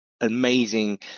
amazing